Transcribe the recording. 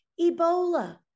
Ebola